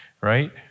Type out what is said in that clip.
right